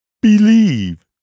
Believe